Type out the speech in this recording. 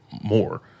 more